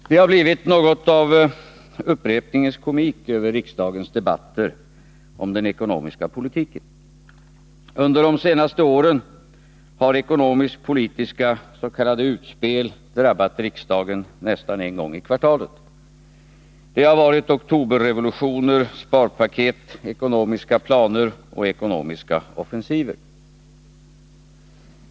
Herr talman! Det har blivit något av upprepningens komik över riksdagens debatter om den ekonomiska politiken. Under de senaste åren har ekonomisk-politiska s.k. utspel drabbat riksdagen nästan en gång i kvartalet. Det har varit oktoberrevolutioner, sparpaket, ekonomiska planer och ekonomiska offensiver.